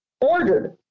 ordered